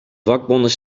vakbonden